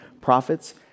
prophets